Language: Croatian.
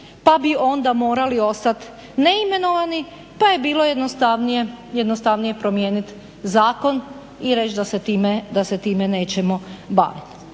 pa bi onda morali ostat neimenovani pa je bilo jednostavnije promijenit zakon i reći da se time nećemo baviti.